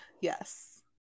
Yes